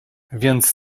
więc